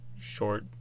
short